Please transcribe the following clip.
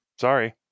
sorry